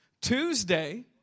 Tuesday